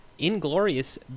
Inglorious